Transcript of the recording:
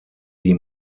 die